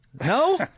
No